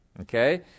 okay